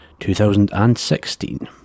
2016